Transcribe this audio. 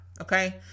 Okay